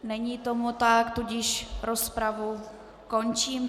Není tomu tak, tudíž rozpravu končím.